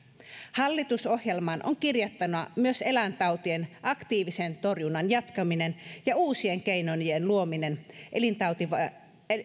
hallitusohjelmaan on kirjattuna myös eläintautien aktiivisen torjunnan jatkaminen ja uusien keinojen luominen